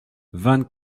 vingt